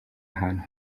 ahantu